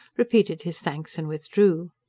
repeated his thanks and withdrew.